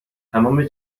تمام